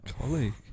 Colleague